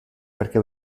perché